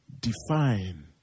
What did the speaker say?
define